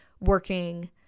working